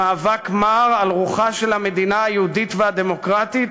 במאבק מר על רוחה של המדינה היהודית והדמוקרטית,